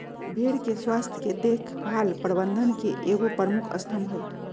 भेड़ के स्वास्थ के देख भाल प्रबंधन के एगो प्रमुख स्तम्भ हइ